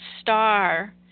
star